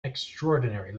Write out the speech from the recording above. extraordinary